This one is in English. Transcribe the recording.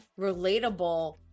relatable